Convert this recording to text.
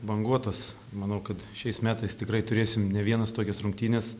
banguotos manau kad šiais metais tikrai turėsim ne vienas tokias rungtynes